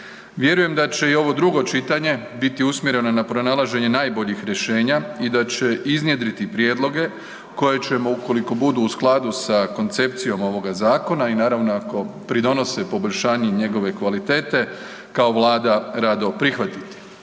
Vjerujem da će i ovo drugo čitanje biti usmjereno na pronalaženje najboljih rješenja i da će iznjedriti prijedloge koje ćemo, ukoliko budu u skladu sa koncepcijom ovoga zakona i naravno ako pridonose poboljšanju njegove kvalitete, kao vlada rado prihvatiti.